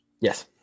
Yes